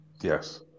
Yes